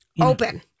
open